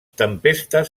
tempestes